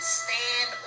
stand